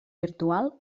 virtual